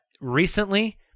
Recently